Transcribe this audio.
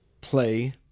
play